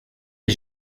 est